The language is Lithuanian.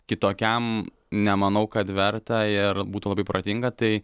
kitokiam nemanau kad verta ir būtų labai protinga tai